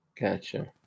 Gotcha